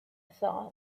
thought